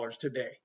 today